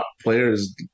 players –